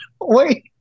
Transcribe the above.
Wait